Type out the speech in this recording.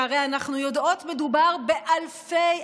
שהרי אנחנו יודעות שמדובר באלפי,